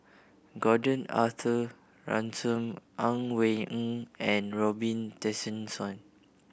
Gordon Arthur Ransome Ang Wei Neng and Robin Tessensohn